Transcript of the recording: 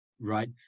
right